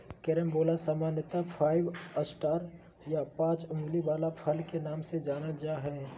carambola सामान्यत five star या पाँच उंगली वला फल के नाम से जानल जा हय